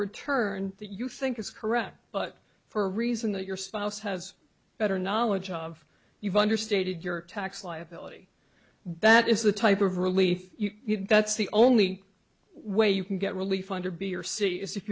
that you think is correct but for a reason that your spouse has a better knowledge of you've understated your tax liability that is the type of relief that's the only way you can get relief under b or c is if